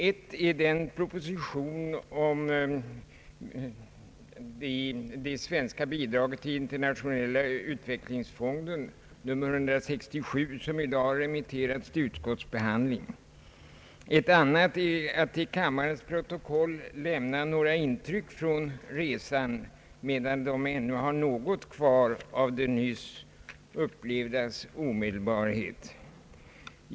Ett är den proposition nr 167 om det svenska bidraget till internationella utvecklingsfonden som i dag har remitterats till utskottsbehandling. Ett annat är att till kammarens protokoll lämna några intryck från resan, medan de ännu har något kvar av det nyss upplevdas omedelbarhet.